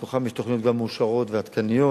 מהן יש תוכניות גם מאושרות ועדכניות,